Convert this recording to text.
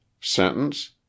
Sentence